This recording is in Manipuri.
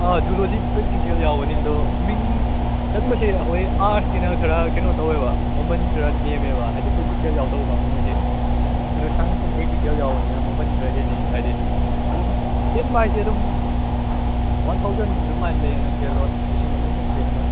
ꯑꯥ ꯖꯨꯂꯣꯖꯤ ꯄ꯭ꯔꯦꯛꯇꯤꯀꯦꯜ ꯌꯥꯎꯒꯅꯤ ꯑꯗꯣ ꯃꯤꯡ ꯆꯟꯕꯁꯦ ꯑꯩꯈꯣꯏ ꯑꯥꯔꯠꯁꯀꯤꯅ ꯈꯔ ꯀꯩꯅꯣ ꯇꯧꯋꯦꯕ ꯃꯃꯜ ꯈꯔ ꯅꯦꯝꯃꯦꯕ ꯍꯥꯏꯗꯤ ꯄ꯭ꯔꯦꯛꯇꯤꯀꯦꯜ ꯌꯥꯎꯗꯕ ꯀꯥꯡꯕꯨꯈꯩꯁꯤ ꯑꯗꯨ ꯁꯥꯏꯟꯁꯅ ꯄ꯭ꯔꯦꯛꯇꯤꯀꯦꯜ ꯌꯥꯎꯕꯅꯤꯅ ꯃꯃꯜ ꯈꯔ ꯍꯦꯟꯅꯤ ꯍꯥꯏꯗꯤ ꯑꯗꯨꯝ ꯍꯦꯟꯕ ꯍꯥꯏꯁꯦ ꯑꯗꯨꯝ ꯋꯥꯟ ꯊꯥꯎꯖꯟ ꯑꯗꯨꯃꯥꯏꯅꯗꯩ ꯍꯦꯟꯅ ꯍꯦꯜꯂꯣꯏ ꯂꯤꯁꯤꯡ ꯑꯃꯃꯨꯛꯇꯩ ꯍꯦꯟꯅ